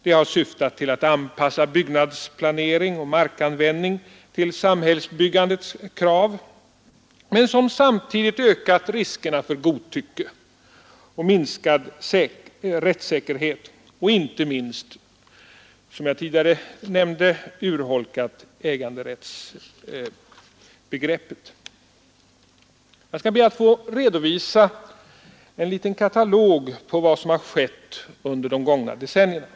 De har syftat till att anpassa byggnadsplanering och markanvändning till samhällsbyggandets krav men samtidigt ökar riskerna för godtycke och minskad rätts nämnde, urholkat äganderättsbegreppet. Jag skall be att få redovisa en liten katalog på vad som har skett under de gångna decennierna.